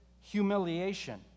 humiliation